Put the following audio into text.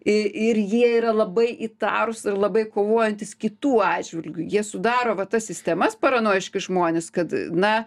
i ir jie yra labai įtarūs ir labai kovojantys kitų atžvilgiu jie sudaro va tas sistemas paranojiški žmonės kad na